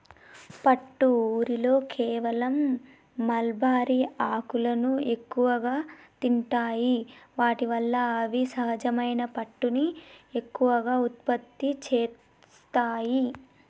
పట్టు ఊరిలో కేవలం మల్బరీ ఆకులను ఎక్కువగా తింటాయి వాటి వల్ల అవి సహజమైన పట్టుని ఎక్కువగా ఉత్పత్తి చేస్తాయి